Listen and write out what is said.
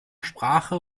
sprache